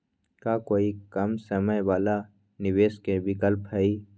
का कोई कम समय वाला निवेस के विकल्प हई?